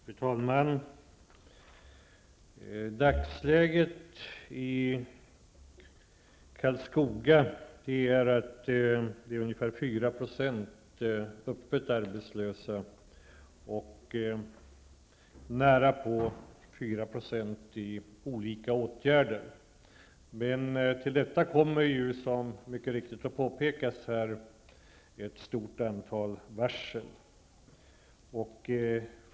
Fru talman! I dagsläget finns ungefär 4 % öppet arbetslösa i Karlskoga, och nära 4 % är föremål för olika åtgärder. Men till detta kommer, som här mycket riktigt har påpekats, ett stort antal varsel.